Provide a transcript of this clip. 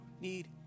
need